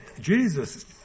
Jesus